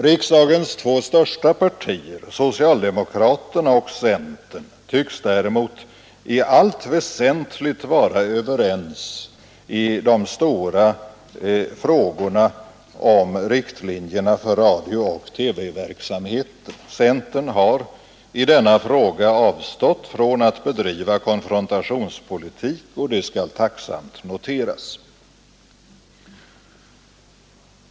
Riksdagens två största partier, socialdemokraterna och centern, tycks däremot i allt väsentligt vara överens i de stora frågorna om riktlinjerna för radiooch TV-verksamheten. Centern har i denna fråga avstått från att bedriva konfrontationspolitik, och det skall tacksamt noteras.